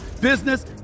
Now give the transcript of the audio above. business